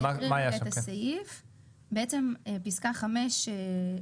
פסקה (5)